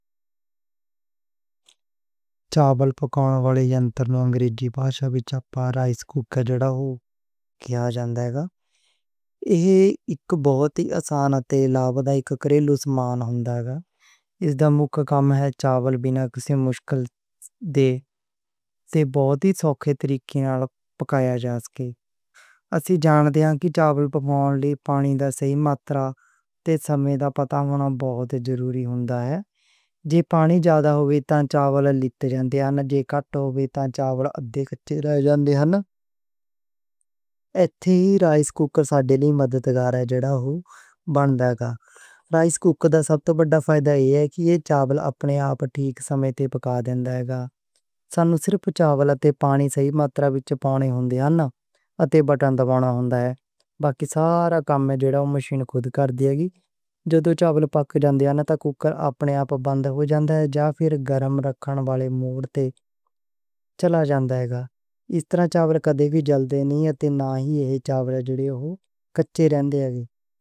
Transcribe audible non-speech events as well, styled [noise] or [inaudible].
چاول پکاؤن والا یَنتَر انگریزی پاشا وِچ رائس کوکر کہیا جاندا ہے۔ ایہ اک بہت ہی آسان، اک گھریلو سامان ہوندا ہے۔ اِس دا مُکھ کم ہے چاول بِنّا کسے مشکل دے تے بہت سوکھے طریقے نال پکایا جا سکے۔ اسی جان دے ہاں کہ چاول پکان لئی پانی دی صحیح ماترا تے سمے دا پتہ ہونا بہت ضروری ہوندا ہے۔ پانی زیادہ ہووے تاں چاول لتّ جان دے نے، جے گھٹ ہووے تاں چاول ادّھے کچے رہ جان دے نے۔ [hesitation] ایتھے ہی رائس کوکر ساڈے لئی مددگار ہے، جڑا بن دا ہے گا۔ رائس کوکر دا سب توں وڈا فائدہ ایہ ہے کہ ایہ چاول اپنے آپ ٹھیک سمے تے پکا دے ہوندا ہے۔ سانوں صرف چاول اتے پانی دی صحیح ماترا وِچ پانی پاؤن دی لوڑ ہوندی ہے تے بٹن دبانا ہوندا ہے، باقی سارا کم جڑا مشین خود کر دی ہے گی۔ جدو چاول پک جاندے نے، تب کوکر اپنے آپ بند ہو جاندا یا فیر گرم رکھنے والا موڈ چل جائے گا۔ اِس طرح چاول نہ جل دے نے تے نہ ہی کچے رہ سکدے۔